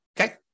okay